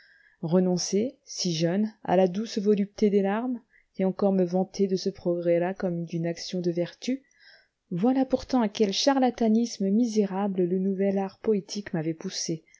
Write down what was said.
renoncer si jeune à la douce volupté des larmes et encore me vanter de ce progrès là comme d'une action de vertu voilà pourtant à quel charlatanisme misérable le nouvel art poétique m'avait poussé